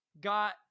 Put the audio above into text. got